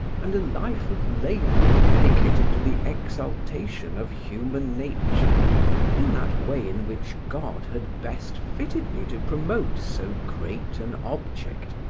and a life of labour dedicated to the exaltation of human nature in that way in which god had best fitted me to promote so great an object,